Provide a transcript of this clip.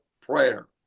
prayer